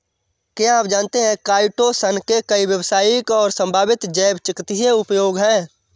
क्या आप जानते है काइटोसन के कई व्यावसायिक और संभावित जैव चिकित्सीय उपयोग हैं?